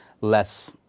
less